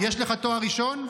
יש לך תואר ראשון?